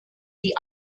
die